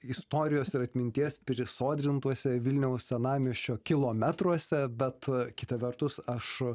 istorijos ir atminties prisodrintuose vilniaus senamiesčio kilometruose bet kita vertus aš